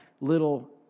little